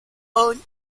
own